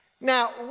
now